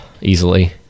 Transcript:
easily